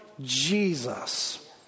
Jesus